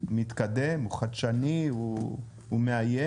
הוא מתקדם, הוא חדשני, הוא מאיים.